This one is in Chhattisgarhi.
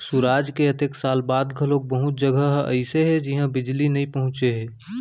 सुराज के अतेक साल बाद घलोक बहुत जघा ह अइसे हे जिहां बिजली नइ पहुंचे हे